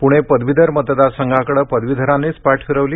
पूणे पदवीधर मतदार संघाकडे पदवीधरांनीच पाठ फिरवली